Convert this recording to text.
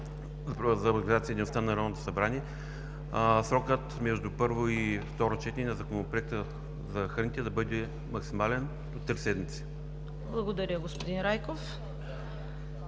Благодаря, господин Михайлов.